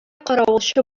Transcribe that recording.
каравылчы